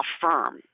firm